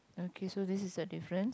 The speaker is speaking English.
okay so this is a difference